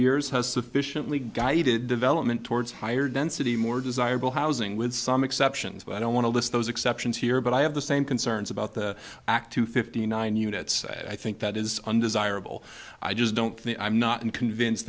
years has sufficiently guided development towards higher density more desirable housing with some exceptions but i don't want to list those exceptions here but i have the same concerns about the act to fifty nine units i think that is undesirable i just don't think i'm not in convinced